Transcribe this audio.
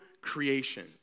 creation